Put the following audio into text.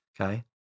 okay